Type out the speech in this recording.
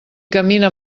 camina